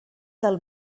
del